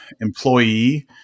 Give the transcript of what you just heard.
employee